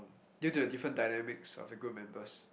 due to the different dynamics of the group members